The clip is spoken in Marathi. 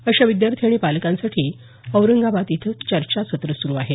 अशा विद्यार्थी आणि पालकांसाठी औरंगाबाद इथं चर्चासत्र सुरु आहे